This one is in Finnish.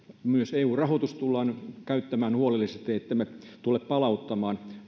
myös eu rahoitus tullaan käyttämään huolellisesti ettei rahoitusta tulla palauttamaan